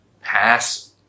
pass